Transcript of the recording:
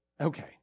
Okay